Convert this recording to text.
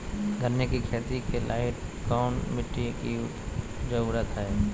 गन्ने की खेती के लाइट कौन मिट्टी की जरूरत है?